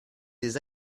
des